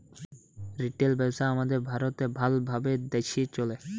retail ব্যবসা আমাদের ভারতে ভাল ভাবে দ্যাশে চলে